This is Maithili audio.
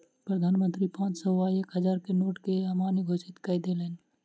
प्रधान मंत्री पांच सौ आ एक हजार के नोट के अमान्य घोषित कय देलैन